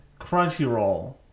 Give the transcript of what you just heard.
Crunchyroll